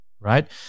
right